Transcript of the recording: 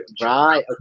Right